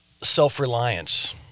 self-reliance